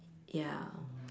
ya